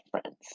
friends